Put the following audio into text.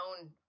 own